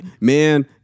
man